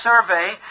survey